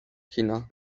kina